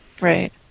Right